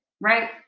right